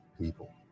people